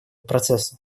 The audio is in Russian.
процесса